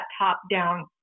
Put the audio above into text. top-down